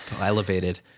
elevated